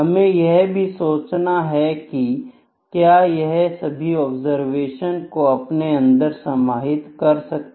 हमें यह भी सोचना है कि क्या यह सभी ऑब्जरवेशन को अपने अंदर समाहित कर सकता है